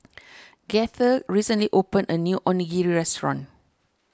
Gaither recently opened a new Onigiri restaurant